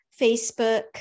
Facebook